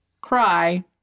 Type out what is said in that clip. cry